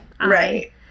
right